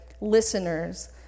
listeners